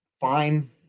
fine